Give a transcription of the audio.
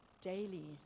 daily